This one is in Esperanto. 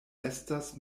estas